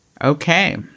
Okay